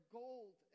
gold